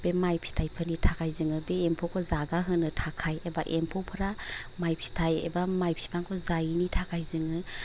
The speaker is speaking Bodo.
बे माय फिथाइफोरनि थाखाय जोङो बे एम्फौखौ जागा होनो थाखाय एबा एम्फौफ्रा माय फिथाइ एबा माय बिफांखौ जायैनि थाखाय जोङो